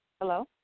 Hello